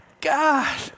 God